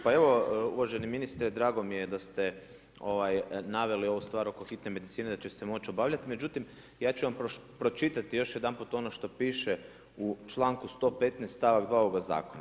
Pa evo uvaženi ministre, drago mi je da ste naveli ovu stvar oko hitne medicine, da će se moći obavljati, međutim, ja ću vam pročitati još jedanput ono što piše u članku 115. stavak 2. ovoga zakona.